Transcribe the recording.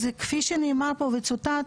אז כפי שנאמר פה וצוטט,